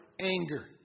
anger